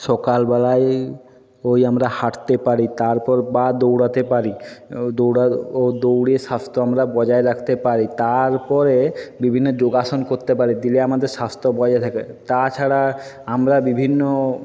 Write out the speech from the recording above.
সকালবেলায় ওই আমরা হাঁটতে পারি তারপর বা দৌড়াতে পারি ও ও দৌড়ে স্বাস্থ্য আমরা বজায় রাখতে পারি তারপরে বিভিন্ন যোগাসন করতে পারি দিলে আমাদের স্বাস্থ্য বজায় থাকে তাছাড়া আমরা বিভিন্ন